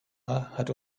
hat